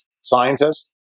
scientists